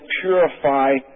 purify